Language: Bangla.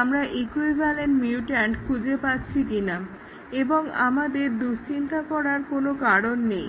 আমরা ইকুইভালেন্ট মিউট্যান্ট খুঁজে পাচ্ছি কিনা এবং আমাদের দুশ্চিন্তা করার কোনো কারণ নেই